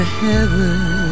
heaven